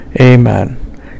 amen